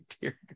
Dear